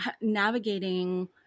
navigating